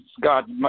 God